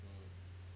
hmm